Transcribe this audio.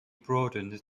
broadened